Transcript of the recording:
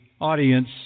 audience